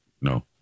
no